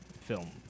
film